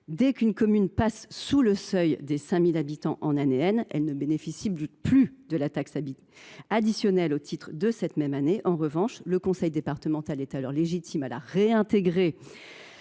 dès qu’une commune passe sous le seuil des 5 000 habitants en année , elle ne bénéficie plus de la taxe additionnelle au titre de cette année. En revanche, le conseil départemental est légitime à l’intégrer